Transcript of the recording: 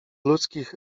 ludzkich